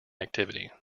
activity